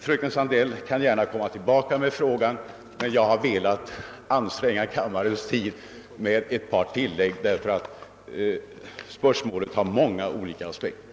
Fröken Sandell kan gärna komma tillbaka med frågan, men jag har velat uppta kammarens tid med ett tillägg, eftersom problemet har många olika aspekter.